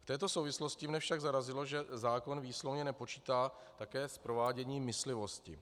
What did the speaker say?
V této souvislosti mě však zarazilo, že zákon výslovně nepočítá také s prováděním myslivosti.